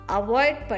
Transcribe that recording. avoid